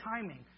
timing